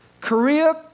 Korea